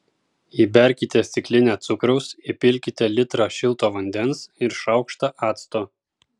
įberkite stiklinę cukraus įpilkite litrą šilto vandens ir šaukštą acto